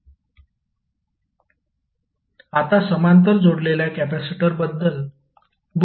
आता समांतर जोडलेल्या कॅपेसिटर बद्दल बोलू